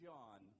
John